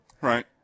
Right